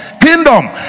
kingdom